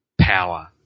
power